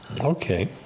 Okay